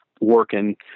working